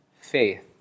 faith